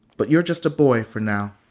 but you're just a boy for now,